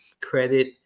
credit